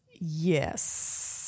Yes